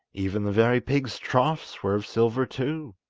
even the very pigs' troughs were of silver too.